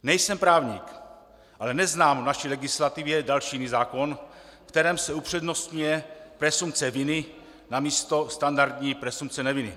Nejsem právník, ale neznám v naší legislativě další zákon, v kterém se upřednostňuje presumpce viny namísto standardní presumpce neviny.